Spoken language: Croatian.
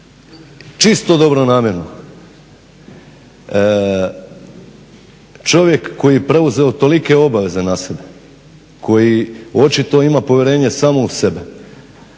čisto dobronamjerno, čovjek koji je preuzeo tolike obaveze na sebe, koji očito ima povjerenja samo u sebe